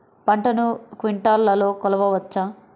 పంటను క్వింటాల్లలో కొలవచ్చా?